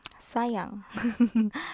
sayang